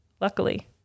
Luckily